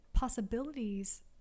Possibilities